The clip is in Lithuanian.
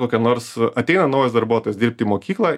kokia nors ateina naujas darbuotojas dirbt į mokyklą